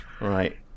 Right